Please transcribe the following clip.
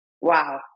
Wow